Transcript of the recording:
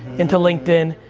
into linkedin,